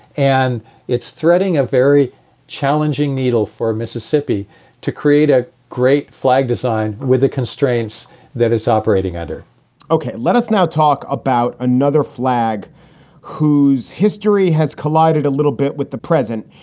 and it's threading a very challenging needle for mississippi to create a great flag design with the constraints that it's operating under ok, let us now talk about another flag whose history has collided a little bit with the present.